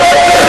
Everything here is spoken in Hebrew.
צא, צא.